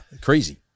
crazy